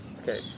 Okay